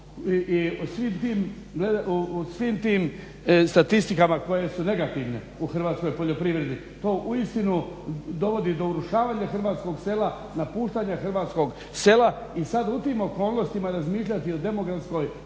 i svim tim statistikama koje su negativne u hrvatskoj poljoprivredi to uistinu dovodi do urušavanja hrvatskog sela, napuštanja hrvatskog sela i sad u tim okolnostima razmišljati o demografskoj obnovi